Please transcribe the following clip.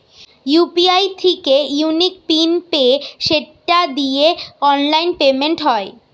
UPI থিকে unique PIN পেয়ে সেটা দিয়ে অনলাইন পেমেন্ট হয়